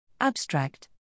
Abstract